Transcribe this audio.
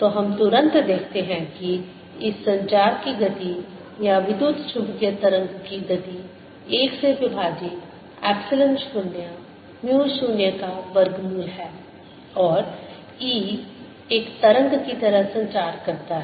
तो हम तुरंत देखते हैं कि इस संचार की गति या विद्युत चुम्बकीय तरंग की गति 1 से विभाजित एप्सिलॉन 0 म्यू 0 का वर्गमूल है और E एक तरंग की तरह संचार करता है